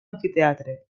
amfiteatre